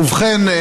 ובכן,